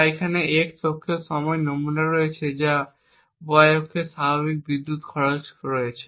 তাই এখানে X অক্ষের সময় নমুনা রয়েছে যখন Y অক্ষের স্বাভাবিক বিদ্যুত খরচ রয়েছে